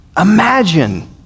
imagine